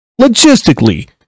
logistically